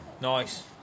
nice